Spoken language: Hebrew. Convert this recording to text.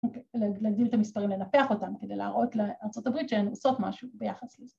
‫להגדיל את המספרים, לנפח אותם, ‫כדי להראות לארה״ב ‫שהן עושות משהו ביחס לזה.